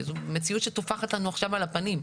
שזו מציאות שטופחת לנו עכשיו על הפנים.